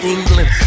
England